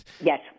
Yes